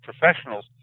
professionals